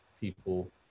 people